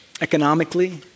Economically